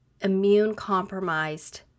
immune-compromised